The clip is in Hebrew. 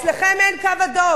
אצלכם אין קו אדום.